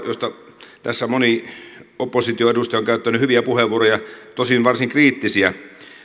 joista tässä moni opposition edustaja on käyttänyt hyviä puheenvuoroja tosin varsin kriittisiä